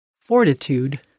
fortitude